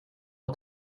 och